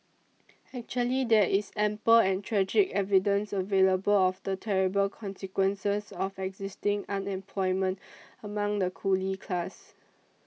actually there is ample and tragic evidence available of the terrible consequences of existing unemployment among the coolie class